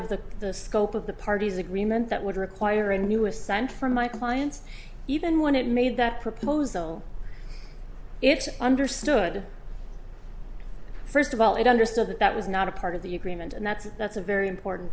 of the the scope of the party's agreement that would require a new assent from my clients even when it made that proposal it understood first of all it understood that that was not a part of the agreement and that's that's a very important